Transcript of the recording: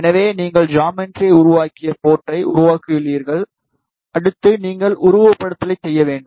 எனவே நீங்கள் ஜாமெட்ரியை உருவாக்கிய போர்ட்டை உருவாக்கியுள்ளீர்கள் அடுத்து நீங்கள் உருவகப்படுத்துதலை செய்ய வேண்டும்